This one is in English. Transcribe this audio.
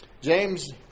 James